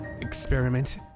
Experiment